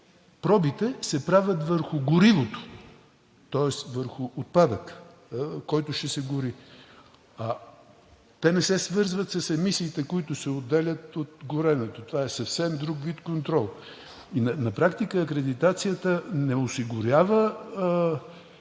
пробите се правят върху горивото, тоест върху отпадъка, който ще се гори. Те не се свързват с емисиите, които се отделят при горенето. Това е съвсем друг вид контрол. На практика акредитацията не осигурява